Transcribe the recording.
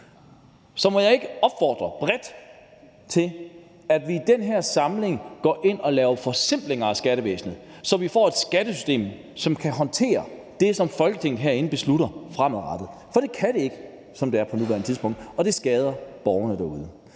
Så må jeg ikke opfordre bredt til, at vi i den her samling går ind og laver forsimplinger af skattevæsenet, så vi får et skattesystem, som kan håndtere det, som Folketinget herinde beslutter fremadrettet? For det kan det ikke, som det er på nuværende tidspunkt, og det skader borgerne derude.